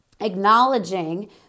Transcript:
acknowledging